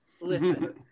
Listen